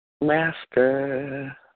Master